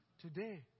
Today